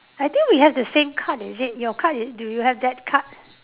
I think we have the same card is it your card is do you have that card